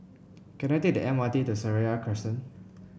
can I take the M R T to Seraya Crescent